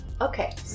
Okay